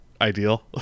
ideal